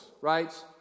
right